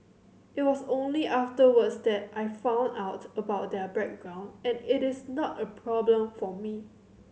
it was only afterwards that I found out about their background and it is not a problem for me